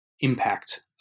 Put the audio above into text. impact